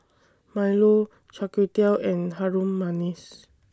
Milo Char Kway Teow and Harum Manis